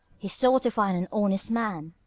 he sought to find an honest man.